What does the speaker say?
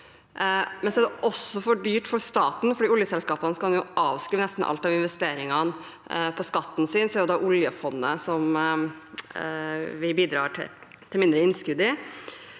det er også for dyrt for staten fordi oljeselskapene kan skrive av nesten alt av investeringene på skatten sin, så da er det oljefondet vi bidrar til mindre innskudd i.